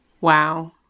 Wow